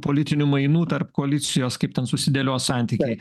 politinių mainų tarp koalicijos kaip ten susidėlios santykiai